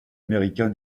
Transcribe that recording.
américain